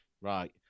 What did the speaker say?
Right